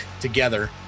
together